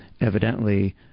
evidently